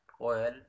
oil